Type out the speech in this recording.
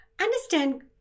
Understand